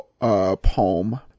poem